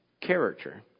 character